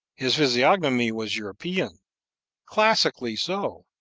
his physiognomy was european classically so.